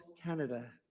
Canada